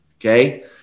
Okay